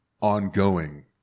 ongoing